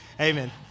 amen